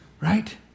Right